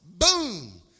Boom